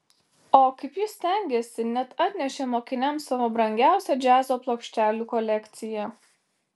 o kaip jis stengėsi net atnešė mokiniams savo brangiausią džiazo plokštelių kolekciją